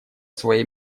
своей